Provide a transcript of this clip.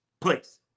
Please